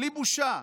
בלי בושה.